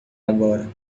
agora